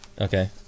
Okay